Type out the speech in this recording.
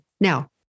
Now